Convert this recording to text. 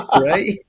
right